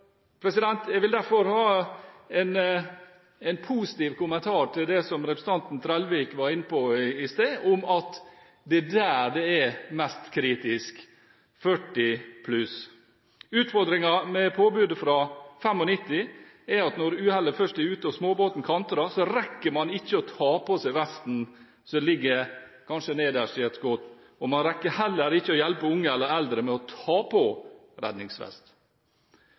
Jeg vil derfor komme med en positiv kommentar til det som representanten Trellevik var inne på i sted: at det er der det er mest kritisk – 40 pluss. Utfordringen med påbudet fra 1995 er at når uhellet først er ute, og småbåten kantrer, rekker man ikke å ta på seg vesten som kanskje ligger nederst i et skott. Man rekker heller ikke å hjelpe unge eller eldre med å ta på redningsvest.